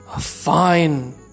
Fine